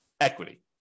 equity